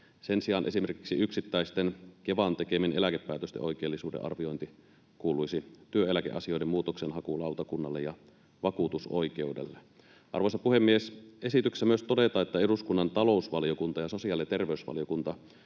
sen sijaan esimerkiksi yksittäisten Kevan tekemien eläkepäätösten oikeellisuuden arviointi kuuluisi työeläkeasioiden muutoksenhakulautakunnalle ja vakuutusoikeudelle. Arvoisa puhemies! Esityksessä myös todetaan, että eduskunnan talousvaliokunta ja sosiaali- ja terveysvaliokunta